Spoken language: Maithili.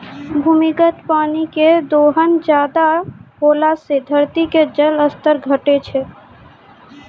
भूमिगत पानी के दोहन ज्यादा होला से धरती के जल स्तर घटै छै